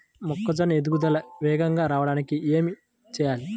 మొక్కజోన్న ఎదుగుదల వేగంగా రావడానికి ఏమి చెయ్యాలి?